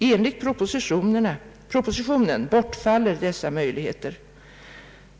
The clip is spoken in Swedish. Enligt propositionen bortfaller dessa möjligheter.